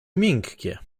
miękkie